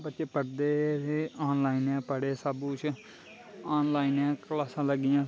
बच्चे पढ़दे हे ते आनलाइन गै पढ़े सब कुछ आनलाइन गै क्लासां लग्गियां